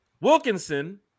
wilkinson